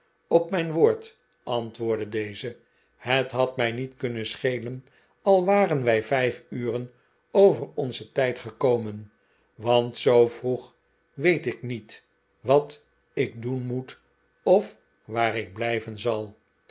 op mijn woord antwoordde deze het had mij niet kunnen schelen al waren wij vijf uren over onzen tijd gekomen want zoo vroeg weet ik niet wat ik doen moet of waar ik blijven zal